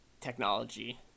technology